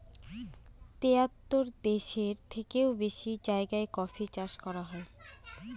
তেহাত্তর দেশের থেকেও বেশি জায়গায় কফি চাষ করা হয়